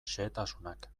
xehetasunak